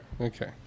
Okay